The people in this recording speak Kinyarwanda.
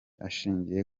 ashingiye